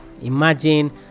imagine